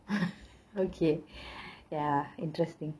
okay ya interesting